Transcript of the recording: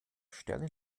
sterne